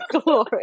glory